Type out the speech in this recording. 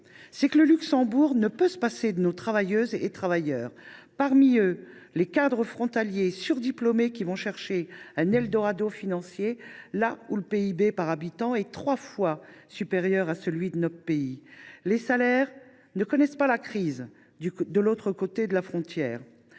est que le Luxembourg ne peut pas se passer de nos travailleuses et travailleurs, dont les cadres frontaliers surdiplômés qui vont chercher un eldorado financier là où le PIB par habitant est trois fois supérieur à celui de notre pays. Les salaires ne connaissent pas la crise de l’autre côté de la frontière.